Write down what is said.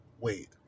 wait